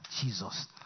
jesus